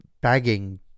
bagging